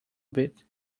bit